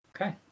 Okay